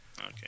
Okay